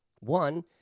One